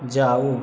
जाउ